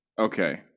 Okay